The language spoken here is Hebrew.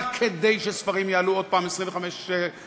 רק כדי שספרים יעלו עוד פעם 25 שקל.